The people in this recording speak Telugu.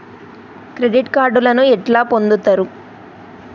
క్రెడిట్ కార్డులను ఎట్లా పొందుతరు?